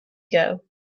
ago